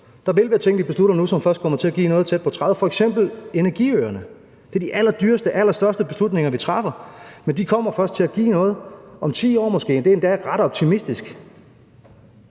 Der vil være ting, vi beslutter nu, som først kommer til at give noget tæt på 2030, f.eks. energiøerne. Det er de allerdyreste, allerstørste beslutninger, vi træffer, men de kommer først til at give noget om måske 10 år, og det er endda ret optimistisk.